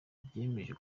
byemeje